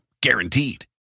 Guaranteed